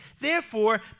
Therefore